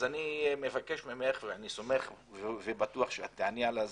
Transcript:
אני מבקש ממך, ואני סמוך ובטוח שאת תיעני לזה,